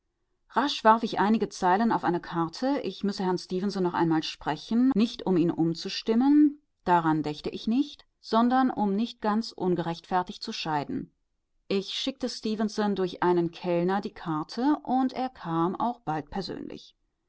warf ich einige zeilen auf eine karte ich müsse herrn stefenson noch einmal sprechen nicht um ihn umzustimmen daran dächte ich nicht sondern um nicht ganz ungerechtfertigt zu scheiden ich schickte stefenson durch einen kellner die karte und er kam auch bald persönlich